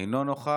אינו נוכח.